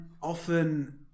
often